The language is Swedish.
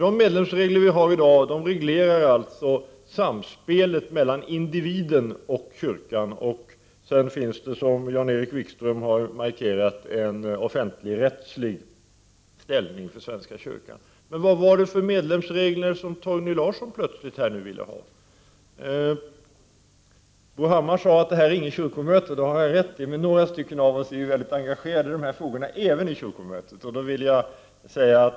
De medlemsregler vi har i dag reglerar alltså samspelet mellan individen och kyrkan. Sedan finns det också, som Jan-Erik Wikström har markerat, en offentligrättslig ställning för svenska kyrkan. Men vad var det för medlemsregler som Torgny Larsson här plötsligt ville ha? Bo Hammar sade att detta inte är något kyrkomöte. Det har han rätt i. Men några av oss är mycket engagerade i dessa frågor även i kyrkomötet.